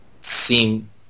seem